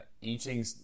eating